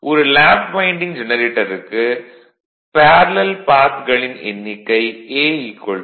ஒரு lap winding ஜெனரேட்டருக்கு parallel path ன் எண்ணிக்கை A P